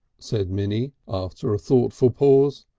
said minnie after a thoughtful pause.